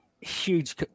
huge